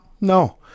no